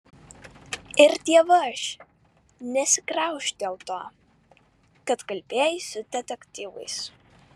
ir dievaž nesigraužk dėl to kad kalbėjai su detektyvais